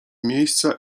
miejsca